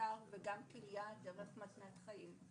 מהנפטר וגם כליה דרך מתנת חיים.